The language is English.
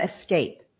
escape